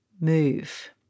move